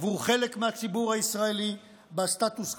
עבור חלק מהציבור הישראלי בסטטוס קוו,